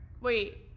Wait